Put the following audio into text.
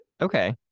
Okay